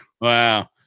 Wow